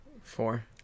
Four